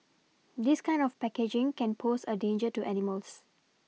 this kind of packaging can pose a danger to animals